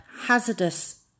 hazardous